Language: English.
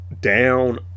down